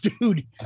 dude